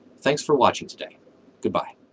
thanks for watching today goodbye.